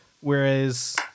Whereas